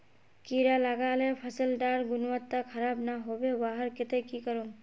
कीड़ा लगाले फसल डार गुणवत्ता खराब ना होबे वहार केते की करूम?